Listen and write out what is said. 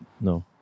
no